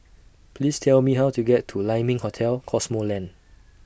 Please Tell Me How to get to Lai Ming Hotel Cosmoland